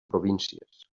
províncies